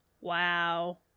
Wow